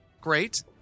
great